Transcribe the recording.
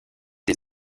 des